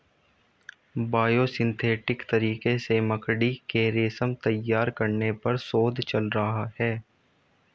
biosynthetic तरीके से मकड़ी के रेशम तैयार करने पर शोध चल रहा है